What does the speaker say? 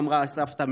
אמרה הסבתא,